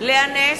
לאה נס,